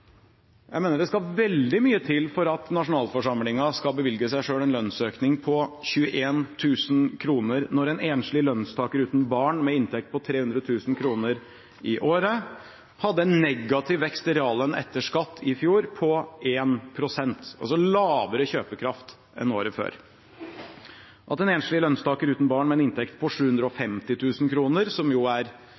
Jeg mener det skal veldig mye til for at nasjonalforsamlingen skal bevilge seg selv en lønnsøkning på 21 000 kr, når en enslig lønnstaker uten barn og med en inntekt på 300 000 kr i året hadde en negativ vekst i reallønn etter skatt i fjor på 1 pst., altså lavere kjøpekraft enn året før. En enslig lønnstaker uten barn og med en inntekt på 750 000 kr, som er